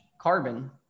carbon